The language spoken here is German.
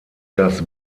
das